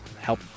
help